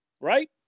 right